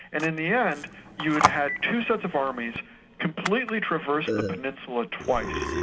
and in the end you had had two sets of armies completely traverse the peninsula twice,